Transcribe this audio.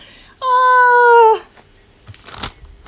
ah